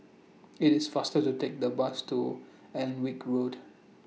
IT IS faster to Take The Bus to Alnwick Road